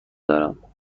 دارم